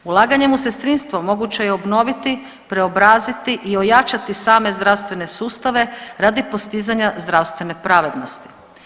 Ulaganjem u sestrinstvo moguće je obnoviti, preobraziti i ojačati same zdravstvene sustave radi postizanja zdravstvene pravednosti.